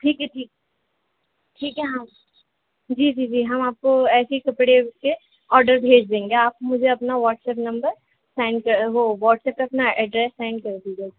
ٹھیک ہے ٹھیک ٹھیک ہے ہم جی جی جی ہم آپ کو ایسے ہی کپڑے کے آڈر بھیج دیں گے آپ مجھے اپنا واٹسپ نمبر سینڈ کر ہو واٹس ایپ پہ اپنا ایڈریس سینڈ کر دیجیے